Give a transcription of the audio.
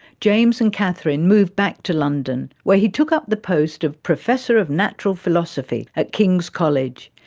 james and katherine moved back to london where he took up the post of professor of natural philosophy at kings college.